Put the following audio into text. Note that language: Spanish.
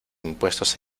impuestos